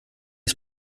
ist